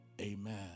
Amen